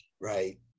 right